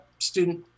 student